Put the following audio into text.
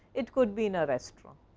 it could be in a rest room.